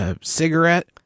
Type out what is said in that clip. Cigarette